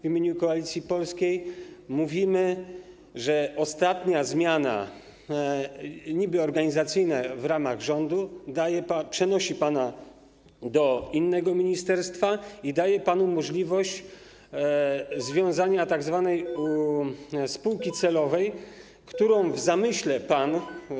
W imieniu Koalicji Polskiej mówimy, że ostatnia zmiana niby-organizacyjna w ramach rządu przenosi pana do innego ministerstwa i daje panu możliwość zawiązania tzw. spółki celowej, którą w zamyśle pan.